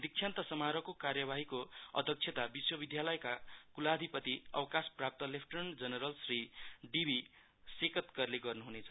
दिक्षान्त समारोहको कार्यवाहीको अध्यक्षता विश्वविद्यालयका कुलाधिपति अवकास प्राप्त lieutenant general Shri D B सेकतकरले गर्नु हुनेछ